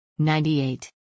98